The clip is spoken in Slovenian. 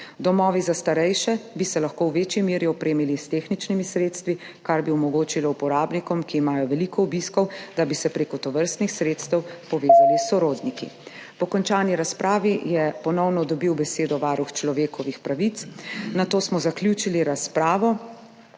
Domovi za starejše bi se lahko v večji meri opremili s tehničnimi sredstvi, kar bi omogočilo uporabnikom, ki imajo veliko obiskov, da bi se prek tovrstnih sredstev povezali s sorodniki. Po končani razpravi je ponovno dobil besedo varuh človekovih pravic, nato smo zaključili razpravo